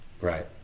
Right